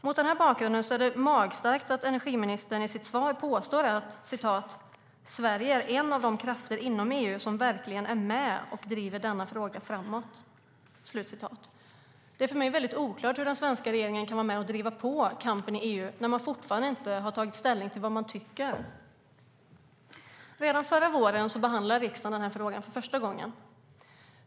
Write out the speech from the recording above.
Mot denna bakgrund är det magstarkt av energiministern att i sitt svar påstå att "Sverige är en av de krafter inom EU som verkligen är med och driver denna fråga framåt". Det är för mig väldigt oklart hur den svenska regeringen kan vara med och driva på kampen i EU när man fortfarande inte har tagit ställning till vad man tycker. Redan förra våren behandlade riksdagen denna fråga för första gången.